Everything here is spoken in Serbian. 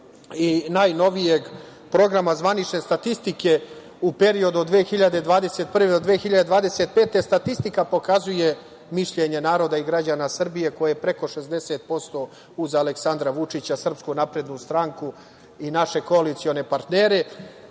za najnoviji Program zvanične statistike u periodu od 2021. do 2025. Statistika pokazuje mišljenje naroda i građana Srbije koje je preko 60% uz Aleksandra Vučića, Srpsku naprednu stranku i naše koalicione partnere. Dakle,